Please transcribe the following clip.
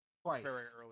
twice